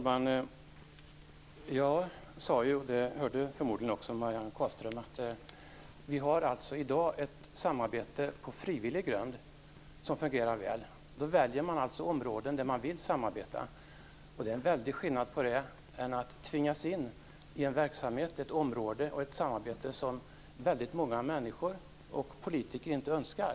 Herr talman! Jag sade, och det hörde förmodligen också Marianne Carlström, att vi har i dag ett samarbete på frivillig grund som fungerar väl. Man väljer områden där man vill samarbeta. Det är en väldig skillnad på det och att tvingas in i en verksamhet, ett område och ett samarbete som väldigt många människor och politiker inte önskar.